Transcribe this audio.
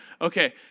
Okay